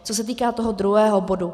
Co se týká toho druhého bodu.